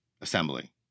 assembly